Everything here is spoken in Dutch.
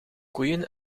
koeien